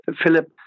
Philip